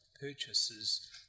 purchases